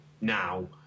now